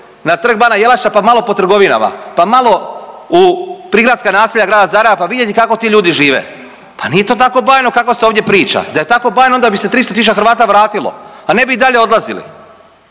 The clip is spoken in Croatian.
na Trg bana Jelačića pa malo po trgovinama pa malo u prigradska naselja grada Zagreba pa vidjeti kako ti ljudi žive. Pa nije to tako bajno kako se ovdje priča. Da je tako bajno, onda bi se 300 tisuća Hrvata vratilo, a ne bi i dalje odlazili.